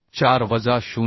4 वजा 0